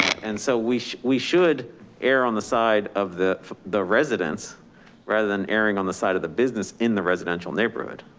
and so we sh we should err, on the side of the the residents rather than airing on the side of the business, in the residential neighborhood.